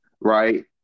right